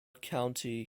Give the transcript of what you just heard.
county